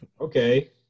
Okay